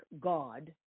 god